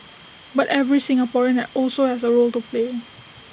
but every Singaporean are also has A role to play